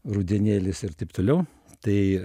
rudenėlis ir taip toliau tai